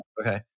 Okay